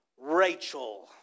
Rachel